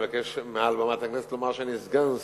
אני מבקש לומר מעל במת הכנסת שאני סגן שר.